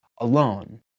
alone